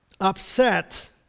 upset